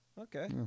okay